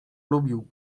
lubił